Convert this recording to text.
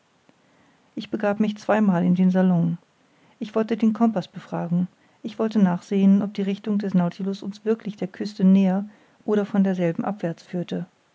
ich begab mich zweimal in den salon ich wollte den compaß befragen ich wollte nachsehen ob die richtung des nautilus uns wirklich der küste näher oder von derselben abwärts führte